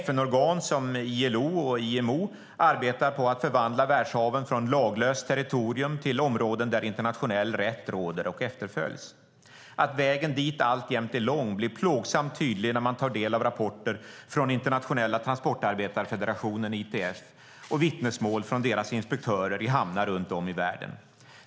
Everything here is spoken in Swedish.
FN-organ som ILO och IMO arbetar med att förvandla världshaven från laglöst territorium till områden där internationell rätt råder och efterföljs. Att vägen dit alltjämt är lång blir plågsamt tydligt när man tar del av rapporter från Internationella transportarbetarefederationen, ITF, och vittnesmål från deras inspektörer i hamnar runt om i världen.